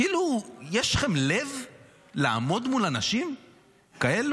כאילו, יש לכם לב לעמוד מול אנשים כאלו?